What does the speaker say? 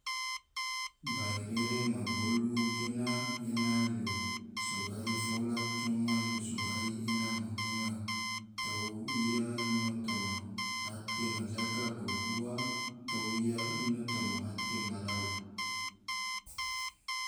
Bairere ma gulu gena ena yo so gahi fola, coma yo sogahi ena ma linga tou ia toma hate ma jaga, bolo ua tou ia toma hate marau.